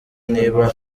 niba